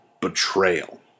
betrayal